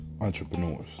Entrepreneurs